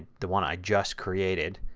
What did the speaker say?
the one i just created.